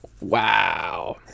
Wow